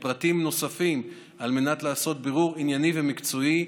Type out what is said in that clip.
יש פרטים נוספים על מנת לעשות בירור ענייני ומקצועי.